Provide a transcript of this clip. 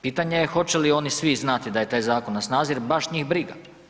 Pitanje je hoće li oni svi znati da je taj zakon na snazi jer baš njih briga.